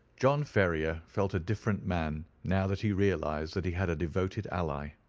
john ferrier felt a different man now that he realized that he had a devoted ally.